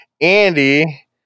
Andy